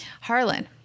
Harlan